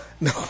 No